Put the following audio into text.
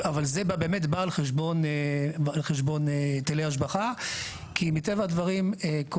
זה באמת בא על חשבון היטלי השבחה כי מטבע הדברים כל